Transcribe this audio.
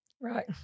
Right